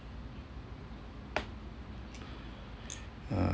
uh